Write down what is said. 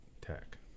tech